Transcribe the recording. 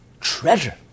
treasure